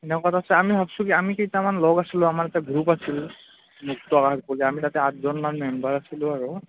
এনেকুৱা কৰছে আমি ভাবছোঁ কি আমি কেইটামান লগ আছিলোঁ আমাৰ এটা গ্ৰুপ আছিল মুক্তআগ আমি তাতে আঠজনমান মেম্বাৰ আছিলোঁ আৰু